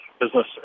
business